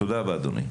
תודה רבה אדוני.